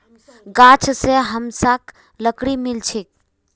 गाछ स हमसाक लकड़ी मिल छेक